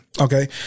Okay